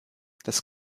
das